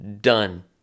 done